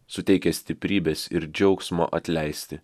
suteikia stiprybės ir džiaugsmo atleisti